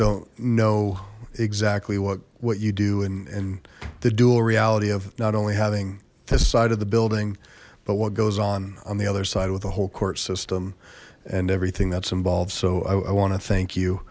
don't know exactly what what you do and the dual reality of not only having this side of the building but what goes on on the other side with the whole court system and everything that's involved so i want to thank you